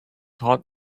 hot